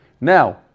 Now